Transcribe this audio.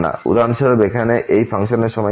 উদাহরণস্বরূপ এখানে এই ফাংশনের সময়কাল